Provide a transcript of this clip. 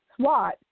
swat